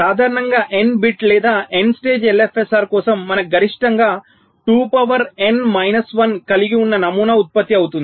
సాధారణంగా n bit లేదా n stage LFSR కోసం మనకు గరిష్టంగా 2 పవర్ n మైనస్ 1 కలిగి ఉన్ననమూనా ఉత్పత్తి అవుతుంది